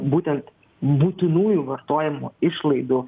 būtent būtinųjų vartojimo išlaidų